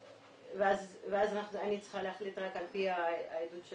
אז אני צריכה להחליט רק על פי העדות של